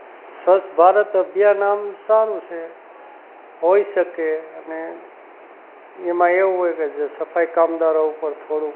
સ્વચ્છ ભારત અભિયાન આમ સારું છે હોઈ શકે અને એમાં એવું હોય કે જે સફાઈ કામદારો ઉપર થોડુંક